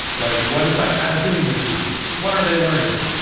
like, what is my child doing this week? what are they learning?